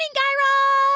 and guy raz.